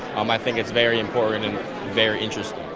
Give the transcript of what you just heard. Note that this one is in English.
um i think it's very important and very interesting.